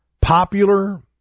popular